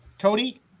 Cody